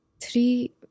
three